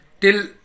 till